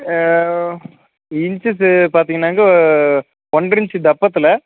inches பார்த்திங்கனாக்க ஒன்றரை inch தப்பத்தில்